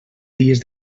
dies